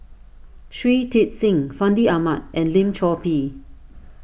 Shui Tit Sing Fandi Ahmad and Lim Chor Pee